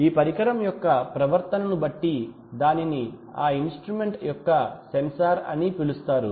ఈ పరికరం యొక్క ప్రవర్తనను బట్టి దానిని ఆ ఇన్స్ట్రుమెంట్ యొక్క సెన్సార్ అని పిలుస్తారు